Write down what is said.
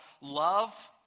love